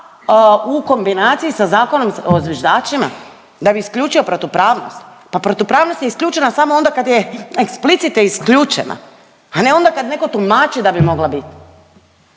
u kombinaciji sa Zakonom o zviždačima da bi isključio protupravnost, pa protupravnost je isključena samo onda kad je explicite isključena, a ne onda kad netko tumači da bi mogla biti.